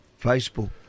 Facebook